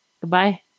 Goodbye